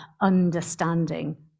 understanding